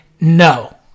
No